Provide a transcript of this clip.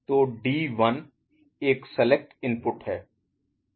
तो D 1 एक select input है